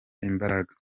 imbaraga